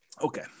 okay